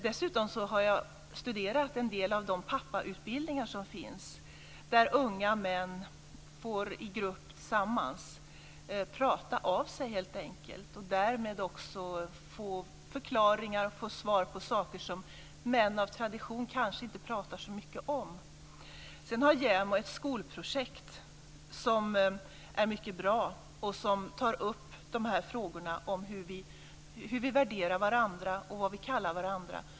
Dessutom har jag studerat en del av de pappautbildningar som finns, där unga män tillsammans i grupp helt enkelt får prata av sig och därmed får förklaringar och svar på saker som män av tradition kanske inte pratar så mycket om. Sedan har JämO ett skolprojekt som är mycket bra och som tar upp dessa frågor om hur vi värderar varandra och vad vi kallar varandra.